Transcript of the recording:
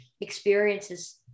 experiences